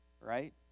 right